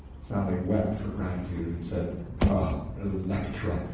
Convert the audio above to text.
sally wept for gratitude, and said oh, electra,